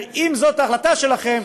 אם זאת ההחלטה שלכם,